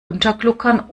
untergluckern